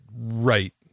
Right